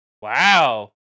Wow